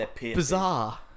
Bizarre